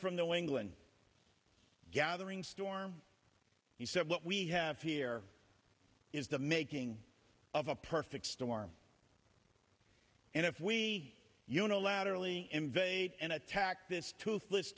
from the england gathering storm he said what we have here is the making of a perfect storm and if we unilaterally invade and attack this toothless